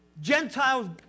Gentiles